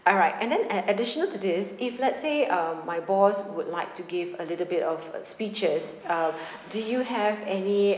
alright and then add~ additional to this if let's say um my boss would like to give a little bit of uh speeches uh do you have any